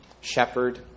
shepherd